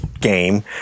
game